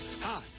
Hi